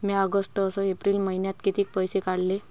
म्या ऑगस्ट अस एप्रिल मइन्यात कितीक पैसे काढले?